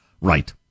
Right